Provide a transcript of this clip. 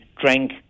drank